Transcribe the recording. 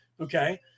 Okay